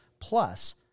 plus